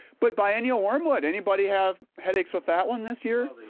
but biennial wormwood, anybody have headaches with that one this year.